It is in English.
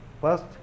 first